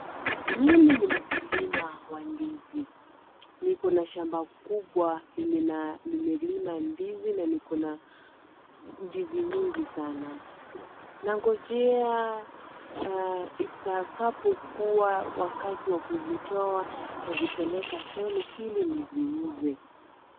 Mimi ni mkulima wa ndizi. Niko na shamba kubwa yenye nimelima ndizi na niko na ndizi mingi sana. Nangojea itakapokuwa wakati wa kuzitoa nitazipeleka soni ili niziuze.